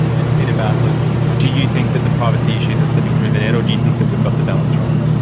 and peter bartlett, do you think that the privacy issues are slipping through the net, or do you think that we've got the balance right?